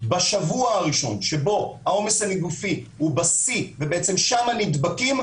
בשבוע הראשון שבו העומס הנגיפי הוא בשיא ובעצם שם נדבקים,